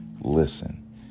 listen